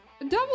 Double